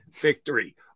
victory